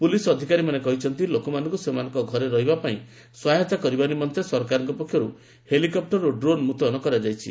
police ଅଧିକାରୀମାନେ କହିଛନ୍ତି ଲୋକମାନଙ୍କୁ ସେମାନଙ୍କ ଘରେ ରହିବାପାଇଁ ସହାୟତା କରିବା ନିମନ୍ତେ ସରକାରଙ୍କ ପକ୍ଷରୁ ହେଲିକପୁର ଓ ଡ୍ରୋନ୍ ମୁତ୍ୟନ କରାଯାଇଛି